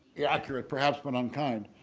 yeah, accurate perhaps but unkind.